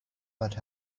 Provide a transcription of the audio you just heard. what